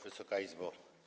Wysoka Izbo!